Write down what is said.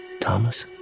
Thomas